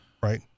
Right